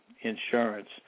insurance